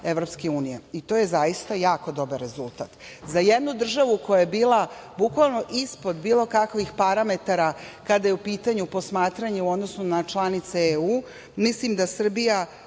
zemalja EU. To je zaista jako dobar rezultat. Za jednu državu koja je bila bukvalno ispod bilo kakvih parametara kada je u pitanju posmatranje u odnosu na članice EU, mislim da Srbija